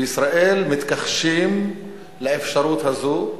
בישראל מתכחשים לאפשרות הזו,